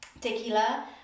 tequila